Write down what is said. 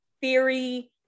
theory